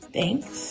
Thanks